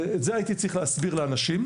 את זה הייתי צריך להסביר לאנשים.